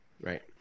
Right